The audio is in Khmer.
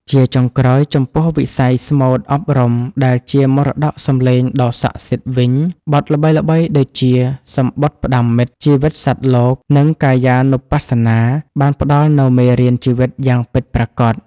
ជាចុងក្រោយ ចំពោះវិស័យស្មូតអប់រំដែលជាមរតកសម្លេងដ៏ស័ក្តិសិទ្ធិវិញ បទល្បីៗដូចជា សំបុត្រផ្ដាំមិត្ត ជីវិតសត្វលោក និង កាយានុបស្សនា បានផ្តល់នូវមេរៀនជីវិតយ៉ាងពិតប្រាកដ។